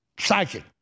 Psychic